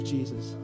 Jesus